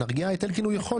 להרגיע את אלקין, הוא יכול.